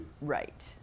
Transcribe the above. Right